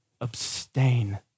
abstain